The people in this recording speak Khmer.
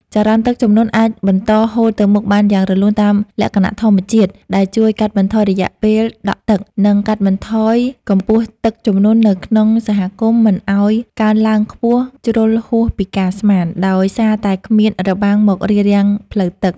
ចរន្តទឹកជំនន់អាចបន្តហូរទៅមុខបានយ៉ាងរលូនតាមលក្ខណៈធម្មជាតិ ដែលជួយកាត់បន្ថយរយៈពេលដក់ទឹក និងកាត់បន្ថយកម្ពស់ទឹកជំនន់នៅក្នុងសហគមន៍មិនឱ្យកើនឡើងខ្ពស់ជ្រុលហួសពីការស្មាន ដោយសារតែគ្មានរបាំងមករារាំងផ្លូវទឹក។